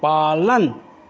पालन